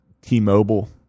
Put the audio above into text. T-Mobile